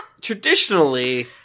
traditionally